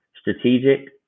strategic